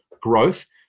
growth